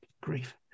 grief